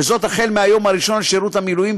החל ביום הראשון לשירות המילואים,